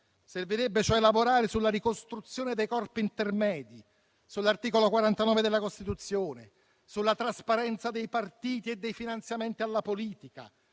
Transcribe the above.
Servirebbe cioè lavorare sulla ricostruzione dei corpi intermedi, sull'articolo 49 della Costituzione, sulla trasparenza dei partiti e dei finanziamenti alla politica